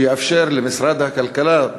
שיאפשר למשרד הכלכלה,